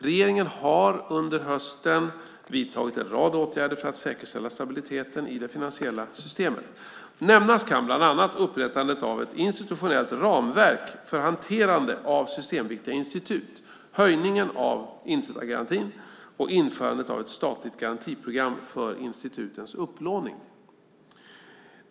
Regeringen har under hösten vidtagit en rad åtgärder för att säkerställa stabiliteten i det svenska finansiella systemet. Nämnas kan bland annat upprättandet av ett institutionellt ramverk för hanterande av systemviktiga institut, höjningen av insättningsgarantin och införandet av ett statligt garantiprogram för institutens upplåning.